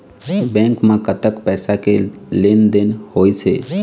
Bank म कतक पैसा के लेन देन होइस हे?